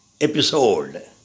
episode